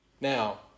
Now